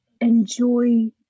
enjoy